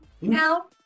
now